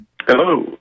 Hello